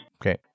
Okay